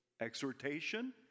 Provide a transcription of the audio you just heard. Exhortation